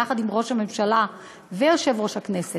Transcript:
יחד עם ראש הממשלה ויושב-ראש הכנסת,